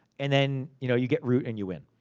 and then you know you get root and you win.